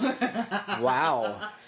Wow